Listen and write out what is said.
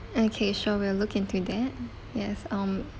okay sure we'll look into that yes um